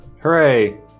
Hooray